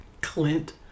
clint